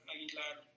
Aguilar